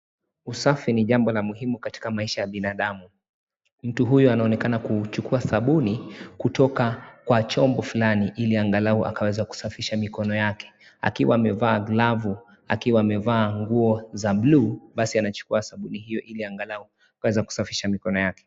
Usafi ni jambo la muhimu katika maisha ya binadamu, mtu huyu anaonekana kuchukua sabuni kutoka kwa chombo fulani ili angalau akaweze kusafisha mikono yake akiwa amevaa glavu, akiwa amevaa nguo za bluu basi anachukua sabuni hio ili angalau kuweza kusafisha mikono yake.